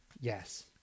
Yes